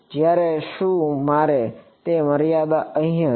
જ્યારે શું મારે તે મર્યાદા અહીં હતી